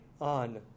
on